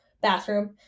bathroom